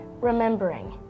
Remembering